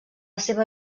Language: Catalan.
seva